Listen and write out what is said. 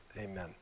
amen